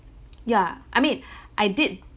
yeah I mean I did